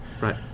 Right